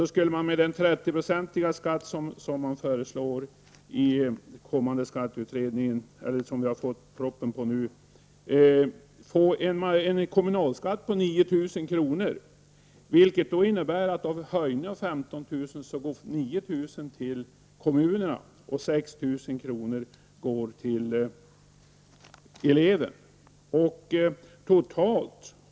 och om vi räknar med den 30 procentiga skatt som man föreslår i den skatteutredning som nu har resulterat i en proposition, skulle den kommunala skatten bli 9 000 kr. Det innebär att av höjningen med 15 000 kr. går 9 000 till kommunerna och 6 000 till den studerande.